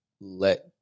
let